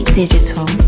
digital